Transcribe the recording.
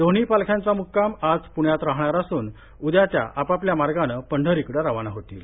दोन्ही पालख्यांचा म्क्काम आज प्ण्यात राहणार असून उद्या त्या आपापल्या मार्गांनी पंढरीकडे रवाना होतील